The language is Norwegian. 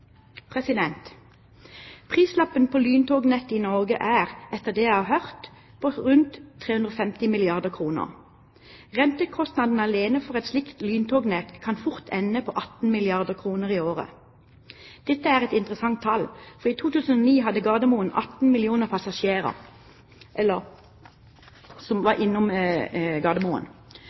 Prislappen på lyntognett i Norge er, etter det jeg har hørt på, rundt 350 milliarder kr. Rentekostnadene alene for et slikt lyntognett kan fort ende på 18 milliarder kr i året. Dette er et interessant tall, for i 2009 var 18 millioner passasjerer